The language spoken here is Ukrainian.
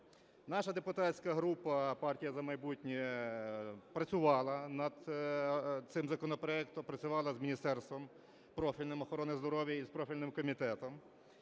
Наша депутатська група "Партія "За майбутнє" працювала над цим законопроектом, працювала з Міністерством профільним охорони здоров'я і з профільним комітетом.